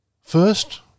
First